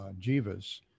jivas